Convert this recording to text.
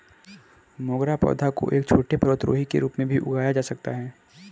मोगरा पौधा को एक छोटे पर्वतारोही के रूप में भी उगाया जा सकता है